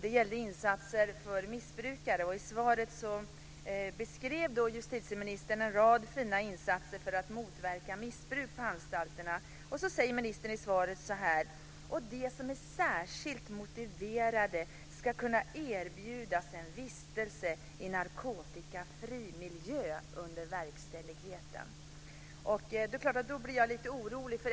Det gällde insatser för missbrukare. I svaret beskrev justitieministern en rad fina insatser för att motverka missbruk på anstalterna. Så sade han så här: De som är särskilt motiverade ska kunna erbjudas en vistelse i narkotikafri miljö under verkställigheten. Då blir jag lite orolig.